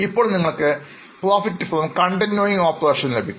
ഇപ്പോൾ നിങ്ങൾക്ക് Profit from continuing operations ലഭിക്കും